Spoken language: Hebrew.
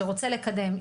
שרוצה לקדם,